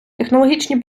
технологічні